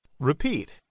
Repeat